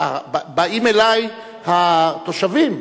באים אלי התושבים,